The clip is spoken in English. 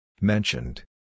Mentioned